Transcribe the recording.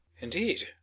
Indeed